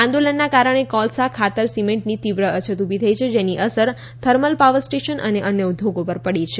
આંદોલનના કારણે કોલસા ખાતર સિમેન્ટ તીવ્ર અછત ઊલી થઈ છે જેની અસર થર્મલ પાવર સ્ટેશન અને અન્ય ઉદ્યોગો પર પડી છે